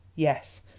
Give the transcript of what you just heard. yes,